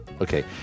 Okay